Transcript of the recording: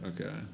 okay